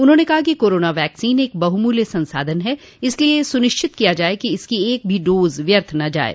उन्होंने कहा कि कोरोना वैक्सीन एक बहुमूल्य संसाधन है इसलिए यह सुनिश्चित किया जाये कि इसकी एक भी डोज व्यर्थ न जाये